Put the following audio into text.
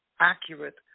accurate